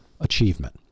achievement